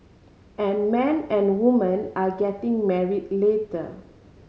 and man and woman are getting married later